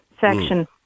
section